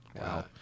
Wow